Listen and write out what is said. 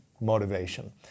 motivation